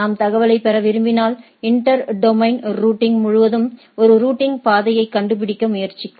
நாம் தகவலைப் பெற விரும்பினால் இன்டர் டொமைன் ரூட்டிங் முழுவதும் ஒரு ரூட்டிங் பாதையை கண்டுபிடிக்க முயற்சிக்கும்